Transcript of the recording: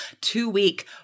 two-week